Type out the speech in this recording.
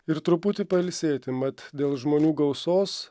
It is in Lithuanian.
ir truputį pailsėti mat dėl žmonių gausos